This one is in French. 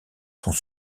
sont